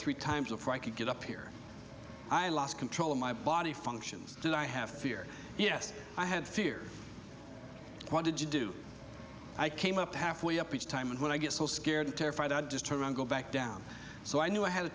three times before i could get up here i lost control of my body functions did i have fear yes i had fear what did you do i came up half way up each time and when i get so scared terrified i just turn around go back down so i knew i had a